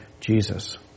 Jesus